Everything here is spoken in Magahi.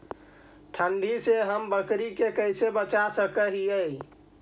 ठंडी से हम बकरी के कैसे बचा सक हिय?